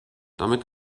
damit